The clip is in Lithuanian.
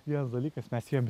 vienas dalykas mes įėjom